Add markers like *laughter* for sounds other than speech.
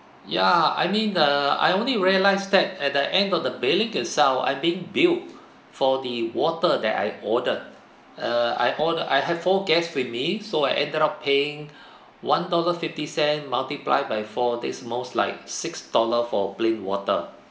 ya I mean err I only realise that at the end of the billing itself I'm being bill for the water that I ordered err I ord~ I have four guests with me so I ended up paying *breath* one dollar fifty cent multiply by four this most like six dollar for plain water